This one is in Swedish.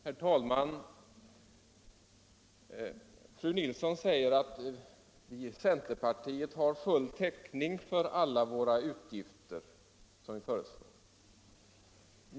Herr talman! Fru Nilsson i Kristianstad säger att centerpartiet har full täckning för alla sina utgiftsförslag.